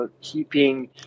keeping